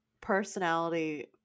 Personality